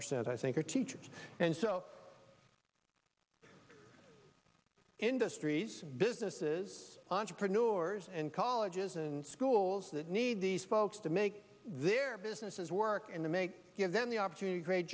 percent i think are teachers and so industries businesses entrepreneurs and colleges and schools that need these folks to make their businesses work and to make give them the opportunity